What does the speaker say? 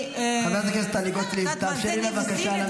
חברת הכנסת טלי גוטליב, תרשי לה, בבקשה, להמשיך.